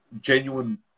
genuine